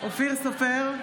אופיר סופר,